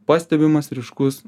pastebimas ryškus